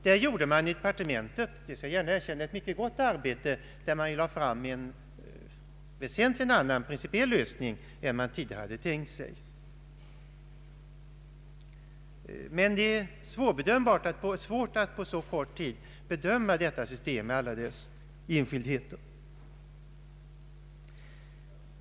Där gjorde man i departementet, det skall gärna erkännas, ett mycket gott arbete när man lade fram en väsentligen annan principiell lösning än man tidigare hade tänkt sig. Men det är svårt att på så kort tid bedöma detta system med alla dess enskildheter.